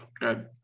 good